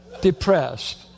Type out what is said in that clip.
depressed